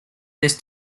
this